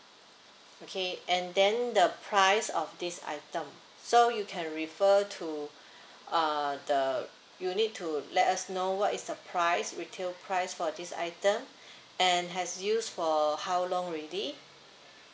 okay and then the price of this item so you can refer to err the you need to let us know what is the price retail price for this item and has used for how long already